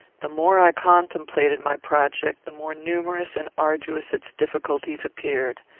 the more i contemplated my project, the more numerous and arduous its difficulties appeared.